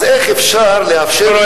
אז איך אפשר לאפשר,